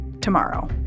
tomorrow